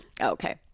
okay